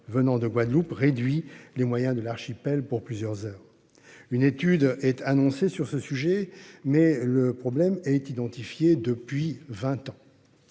venant de Guadeloupe réduit les moyens de l'archipel pour plusieurs heures. Une étude est annoncé sur ce sujet. Mais le problème est identifié depuis 20 ans.